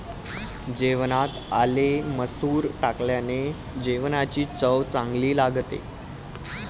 जेवणात आले मसूर टाकल्याने जेवणाची चव चांगली लागते